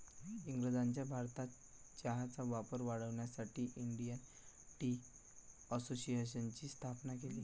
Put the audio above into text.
इंग्रजांनी भारतात चहाचा वापर वाढवण्यासाठी इंडियन टी असोसिएशनची स्थापना केली